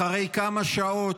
אחרי כמה שעות,